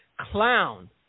clown